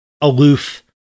aloof